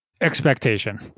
expectation